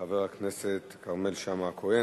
חבר הכנסת כרמל שאמה-הכהן.